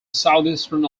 southeastern